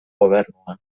gobernua